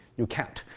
you can't.